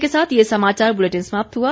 इसी के साथ ये समाचार बुलेटिन समाप्त हुआ